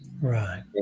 Right